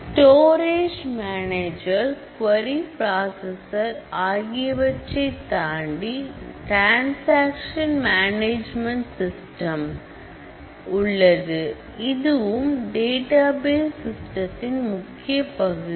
stories manager query processor ஆகியவற்றைத் தாண்டி transaction management system இதுவும் டேட்டாபேஸ் சிஸ்டத்தின் முக்கிய பகுதி